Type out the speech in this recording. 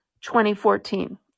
2014